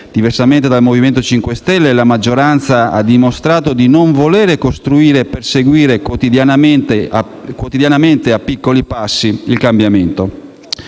Diversamente dal Movimento 5 Stelle, la maggioranza ha dimostrato di non voler costruire e perseguire quotidianamente, a piccoli passi, il cambiamento.